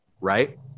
Right